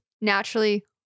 naturally